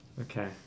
Okay